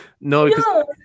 no